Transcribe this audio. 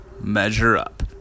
Measure-up